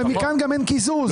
ומכאן אין קיזוז.